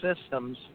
systems